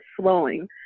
slowing